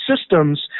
systems